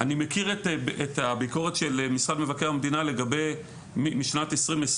אני מכיר את הביקורת של משרד מבקרי המדינה משנת 2020,